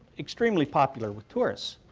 extremely popular with tourists,